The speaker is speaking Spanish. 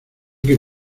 que